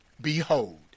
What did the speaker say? behold